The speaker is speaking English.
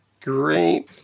great